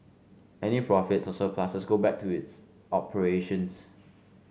any profits or surpluses go back to its operations